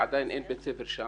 עדיין אין בית ספר שם.